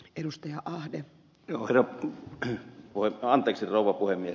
edustaja ahde juurta voi anteeksi rouva puhemies